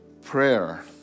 Prayer